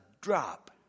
drop